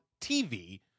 TV